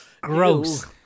gross